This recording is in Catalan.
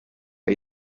que